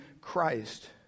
Christ